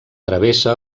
travessa